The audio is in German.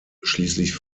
schließlich